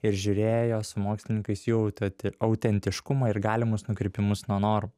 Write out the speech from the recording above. ir žiūrėjo su mokslininkais ju auteti autentiškumą ir galimus nukrypimus nuo nor